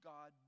God